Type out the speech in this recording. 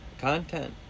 content